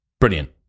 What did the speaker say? Brilliant